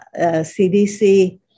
CDC